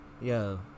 Yo